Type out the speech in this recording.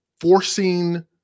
forcing